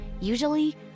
Usually